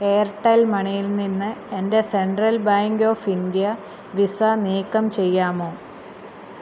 Airtel മണിയിൽ നിന്ന് എൻ്റെ സെൻട്രൽ ബാങ്ക് ഓഫ് ഇന്ത്യ വിസ നീക്കം ചെയ്യാമോ